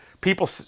people